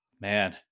Man